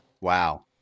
Wow